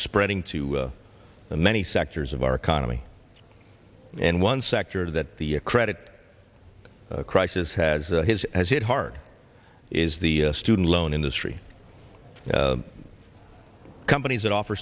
spreading to many sectors of our economy and one sector that the credit crisis has his has hit hard is the student loan industry the companies that offer